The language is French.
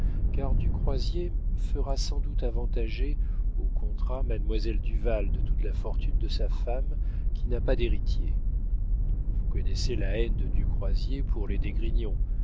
car du croisier fera sans doute avantager au contrat mademoiselle duval de toute la fortune de sa femme qui n'a pas d'héritiers vous connaissez la haine de du croisier pour les d'esgrignon